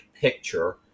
picture